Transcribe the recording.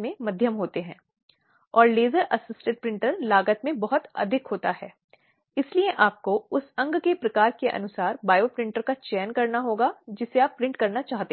यदि वैवाहिक घर आदि के फिर से बसने की संभावना हो तो उसे बनाए रखा जा सकता है